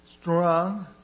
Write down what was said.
Strong